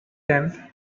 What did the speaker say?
tenth